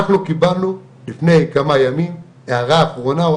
אנחנו קיבלנו לפני כמה ימים הערה אחרונה,